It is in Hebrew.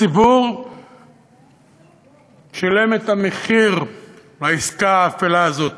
הציבור שילם את המחיר העסקה האפלה הזאת.